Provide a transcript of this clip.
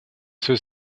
свое